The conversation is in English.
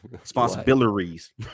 responsibilities